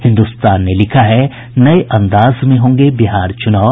हिन्दुस्तान ने लिखा है नये अंदाज में होंगे बिहार चुनाव